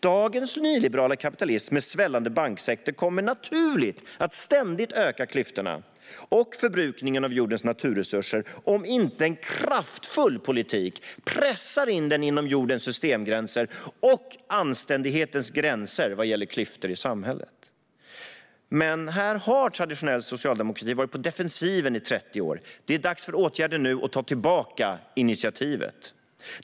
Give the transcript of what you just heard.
Dagens nyliberala kapitalism med en svällande banksektor kommer naturligt att ständigt öka klyftorna och förbrukningen av jordens naturresurser om inte en kraftfull politik pressar in den inom jordens systemgränser och anständighetens gränser vad gäller klyftor i samhället. Men här har traditionell socialdemokrati varit på defensiven i 30 år. Nu är det dags för åtgärder och att ta tillbaka initiativet.